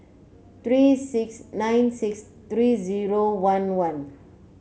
three six nine six three zero one one